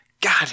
God